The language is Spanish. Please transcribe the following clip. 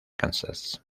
kansas